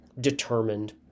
determined